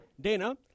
Dana